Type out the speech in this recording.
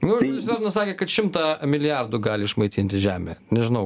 nu žinot nu sakė kad šimtą milijardų gali išmaitinti žemė nežinau